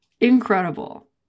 Incredible